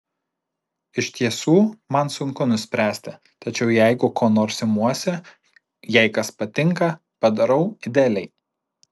iš tiesų man sunku nuspręsti tačiau jeigu ko nors imuosi jei kas patinka padarau idealiai